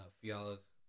Fiala's